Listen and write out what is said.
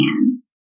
hands